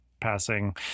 passing